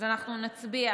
אנחנו נצביע